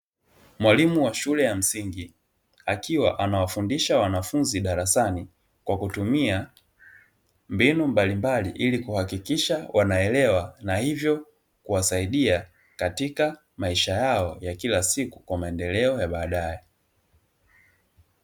Mwalimu wa shule ya msingi, akiwa anawafundisha wanafunzi darasani, kwa kutumia mbinu mbalimbali, ili kuhakikisha wanaelewa na hivyo kuwasaidia katika maisha yao yakila siku, kwa maendeleo ya baadae.